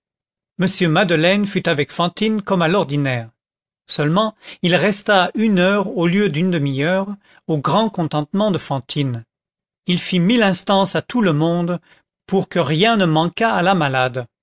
m madeleine fut avec fantine comme à l'ordinaire seulement il resta une heure au lieu d'une demi-heure au grand contentement de fantine il fît mille instances à tout le monde pour que rien ne manquât à la malade